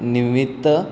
निमित्त